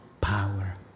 power